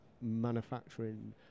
manufacturing